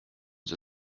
see